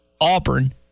Auburn